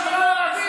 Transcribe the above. אז מה שלא אעשה,